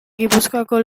gipuzkoako